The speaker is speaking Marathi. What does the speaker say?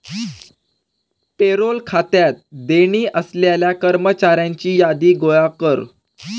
पेरोल खात्यात देणी असलेल्या कर्मचाऱ्यांची यादी गोळा कर